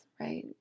right